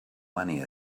money